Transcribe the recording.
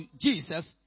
Jesus